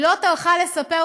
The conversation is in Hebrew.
היא לא טרחה לספר,